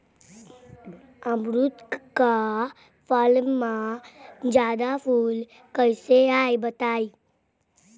अमरुद क फल म जादा फूल कईसे आई बताई?